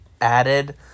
added